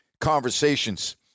conversations